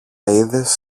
είδες